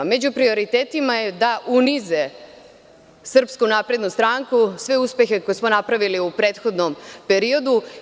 Među prioritetima je da unize SNS, sve uspehe koje smo napravili u prethodnom periodu.